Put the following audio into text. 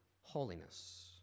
holiness